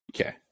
Okay